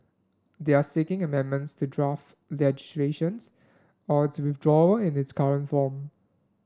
they are seeking amendments to draft their legislation or its withdrawal in its current form